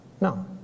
No